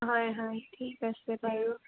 হয় হয় ঠিক আছে বাৰু